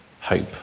hope